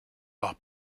are